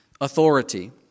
authority